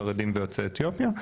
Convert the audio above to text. חרדים ויוצאי אתיופיה,